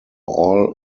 all